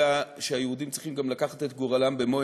אלא היהודים צריכים גם לקחת את גורלם במו